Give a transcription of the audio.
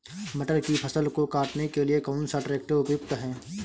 मटर की फसल को काटने के लिए कौन सा ट्रैक्टर उपयुक्त है?